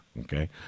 okay